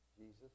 Jesus